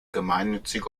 gemeinnützige